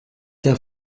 der